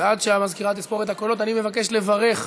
ועד שהמזכירה תספור את הקולות אני מבקש לברך.